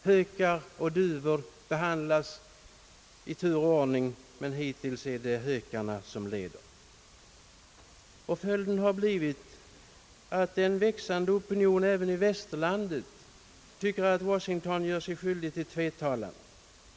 Hökar och duvor behandlas i tur och ordning, men hittills är det hökarna som leder. Följden har blivit att en växande opinion även i Västerlandet tycker att Washington gör sig skyldigt till tvetalan.